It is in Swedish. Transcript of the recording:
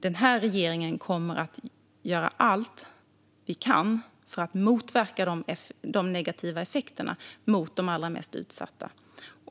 Den här regeringen kommer att göra allt vi kan för att motverka de negativa effekterna för de allra mest utsatta.